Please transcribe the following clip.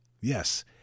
Yes